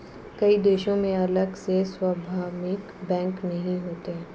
कई देशों में अलग से सार्वभौमिक बैंक नहीं होते